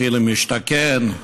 מחיר למשתכן,